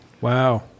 Wow